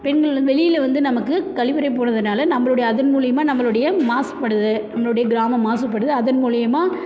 பெண்கள் வந் வெளியில வந்து நமக்கு கழிவறை போகிறதுனால நம்மளுடைய அதன் மூலியமா நம்மளுடைய மாசுபடுது நம்மளுடைய கிராமம் மாசுபடுது அதன் மூலியமா